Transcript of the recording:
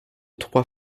trois